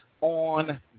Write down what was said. on